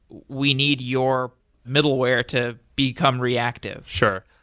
we need your middleware to become reactive. sure.